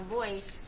voice